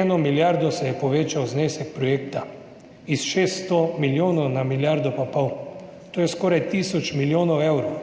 eno milijardo se je povečal znesek projekta iz 600 milijonov na milijardo pa pol, to je skoraj 1000 milijonov evrov.